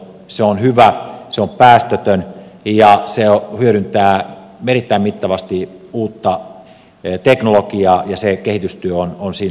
se on hyvä se on päästötön ja se hyödyntää erittäin mittavasti uutta teknologiaa ja se kehitystyö on siinä kovaa